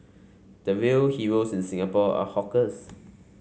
the real heroes in Singapore are hawkers